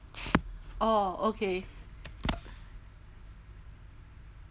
orh okay